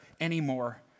anymore